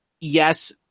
Yes